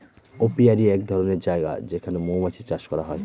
apiary এক ধরনের জায়গা যেখানে মৌমাছি চাষ করা হয়